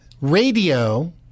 Radio